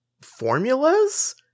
formulas